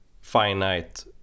finite